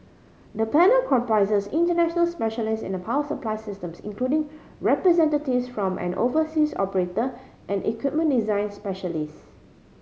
the panel comprises international specialist in power supply systems including representatives from an overseas operator and equipment design specialist